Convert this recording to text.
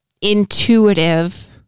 intuitive